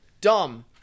Dumb